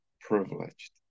privileged